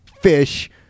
fish